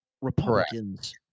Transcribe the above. Republicans